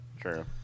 True